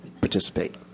participate